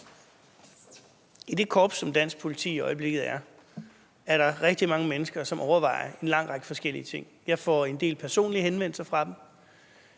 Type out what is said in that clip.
I det korps, som dansk politi i øjeblikket er, er der rigtig mange mennesker, som overvejer en lang række forskellige ting. Jeg får en del personlige henvendelser fra dem,